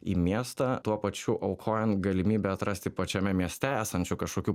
į miestą tuo pačiu aukojant galimybę atrasti pačiame mieste esančių kažkokių